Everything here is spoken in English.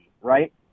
Right